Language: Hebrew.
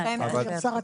ייקר.